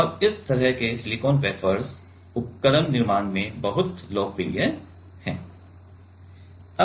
और इस तरह के सिलिकॉन वेफर्स उपकरण निर्माण में बहुत लोकप्रिय हैं